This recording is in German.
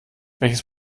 welches